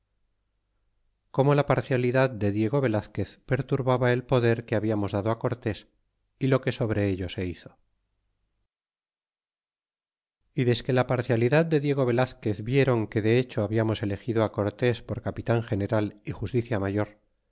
como la parcialidad de mego velazquez perturbaba el poder que hablamos dado á cortés y lo que sobre ello se hizo y desque la parcialidad de diego velazquez vieron que de hecho habiamos elegido por capitan general y justicia mayor